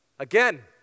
Again